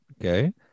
Okay